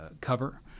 cover